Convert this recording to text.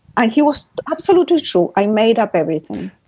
and he was absolutely true. i made up everything